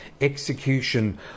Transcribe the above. execution